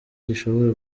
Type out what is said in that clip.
gishobora